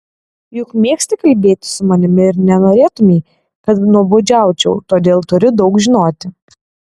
juk mėgsti kalbėti su manimi ir nenorėtumei kad nuobodžiaučiau todėl turi daug žinoti